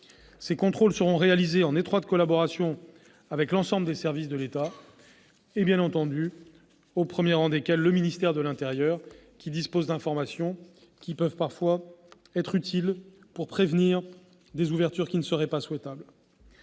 Ces contrôles seront réalisés en étroite collaboration avec l'ensemble des services de l'État, au premier rang desquels le ministère de l'intérieur, lequel dispose d'informations parfois utiles pour prévenir des ouvertures qui ne seraient pas souhaitables.